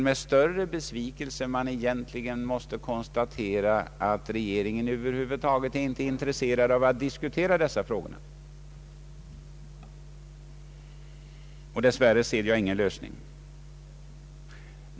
Med besvikelse måste jag också konstatera att regeringen över huvud taget inte är intresserad av att diskutera dessa frågor. Dess värre ser jag ingen lösning.